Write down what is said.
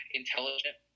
intelligent